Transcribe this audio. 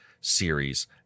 series